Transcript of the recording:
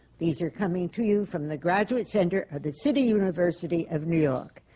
these are coming to you from the graduate center of the city university of new york.